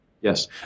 Yes